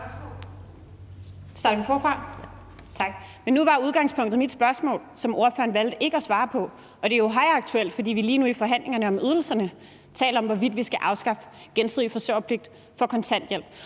Nu var udgangspunktet mit spørgsmål, og det valgte ordføreren ikke at svare på. Og det er jo højaktuelt, fordi vi lige nu i forhandlingerne om ydelserne taler om, hvorvidt vi skal afskaffe den gensidige forsørgerpligt for kontanthjælpsmodtagere.